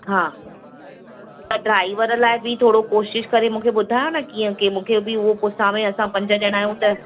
हा त ड्राईवर लाइ बि थोरो कोशिशि करे मूंखे ॿुधायो न कीअं के मूंखे बि पोसावे असां पंज ॼणा आहियूं त